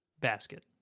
basket